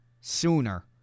sooner